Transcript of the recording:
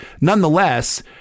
nonetheless